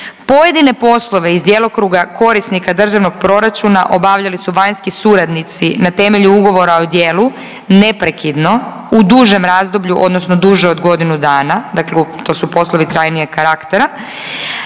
Pojedine poslove iz djelokruga korisnika državnog proračuna obavljali su vanjski suradnici na temelju ugovora o djelu neprekidno u dužem razdoblju, odnosno duže od godinu dana, dakle to su poslovi trajnijeg karaktera.